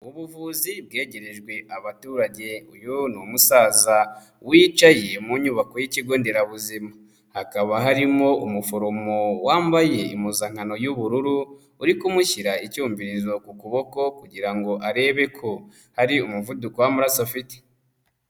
Ubuvuzi bwegerejwe abaturage, uyu ni umusaza wicaye mu nyubako y'ikigo nderabuzima, hakaba harimo umuforomo wambaye impuzankano y'ubururu uri kumushyira icyumvirizo ku kuboko kugira ngo arebe ko hari umuvuduko w'amaraso afite.